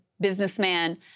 businessman